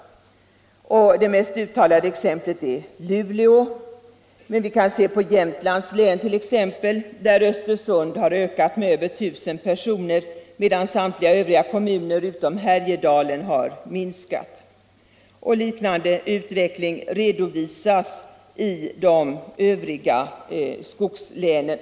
Det mest uttalade exemplet är Luleå. I Jämtlands län har Östersund ökat med över 1 000 personer, medan samtliga övriga kommuner utom Härjedalens kommun har minskat. Liknande utveckling redovisas i de övriga skogslänen.